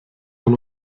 von